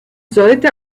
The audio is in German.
sollte